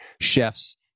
chef's